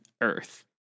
Earth